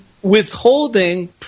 Withholding